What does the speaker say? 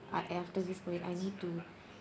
I after this COVID I need to